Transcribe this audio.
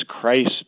Christ